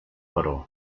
però